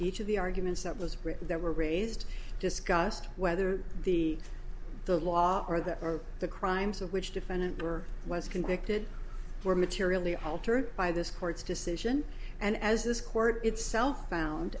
each of the arguments that was written that were raised discussed whether the the law or the or the crimes of which defendant was convicted were materially altered by this court's decision and as this court itself found